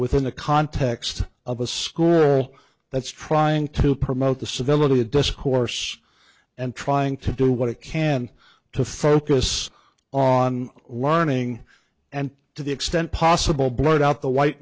within the context of a school that's trying to promote the civility of discourse and trying to do what it can to focus on warning and to the extent possible blotted out the white